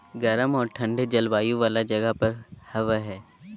गर्म औरो ठन्डे जलवायु वाला जगह पर हबैय हइ